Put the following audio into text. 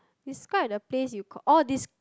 describe the place you ca~ oh this